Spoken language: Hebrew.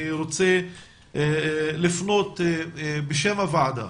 אני רוצה לפנות בשם הוועדה